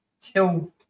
till